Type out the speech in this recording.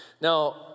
Now